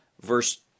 verse